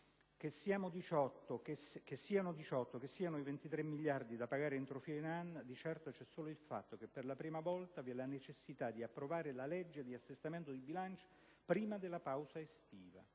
Che siano 18 o che siano 23 i miliardi da pagare entro fine anno, di certo c'è solo il fatto che, per la prima volta, vi è la necessità di approvare la legge di assestamento di bilancio prima della pausa estiva.